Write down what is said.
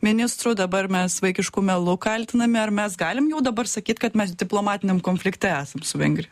ministrų dabar mes vaikišku melu kaltinami ar mes galim jau dabar sakyt kad mes diplomatiniam konflikte esam su vengrija